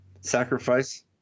sacrifice